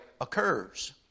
occurs